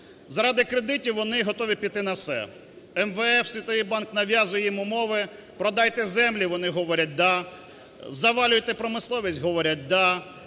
Заради кредитів вони готові піти на все. МВФ, Світовий банк нав'язують їм умови. Продайте землі – вони говорять: "Да". Завалюйте промисловість – говорять: "Да".